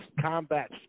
combat